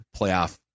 playoff